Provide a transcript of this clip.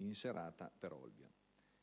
in serata, per Olbia.